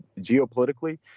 geopolitically